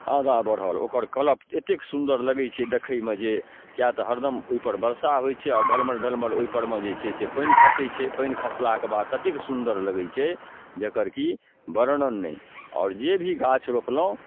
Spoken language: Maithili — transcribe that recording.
आगाँ बढ़ल ओकर कलप एतेक सुन्दर लगै छै देखैमे जे किएक तऽ हरदम ओहिपर वर्षा होइ छै आओर ढलमल ढलमल ओहिपरमे जे से पानि खसै छै पानि खसलाके बाद ततेक सुन्दर लगै छै जकर कि वर्णन नहि आओर जे भी गाछ रोपलहुँ